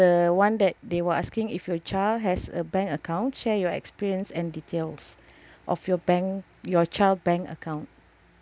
the [one] that they were asking if your child has a bank account share your experience and details of your bank your child bank account